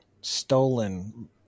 stolen